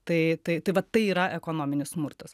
tai tai tai vat tai yra ekonominis smurtas